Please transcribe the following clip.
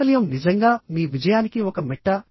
వైఫల్యం నిజంగా మీ విజయానికి ఒక మెట్టా